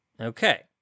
Okay